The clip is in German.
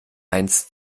eins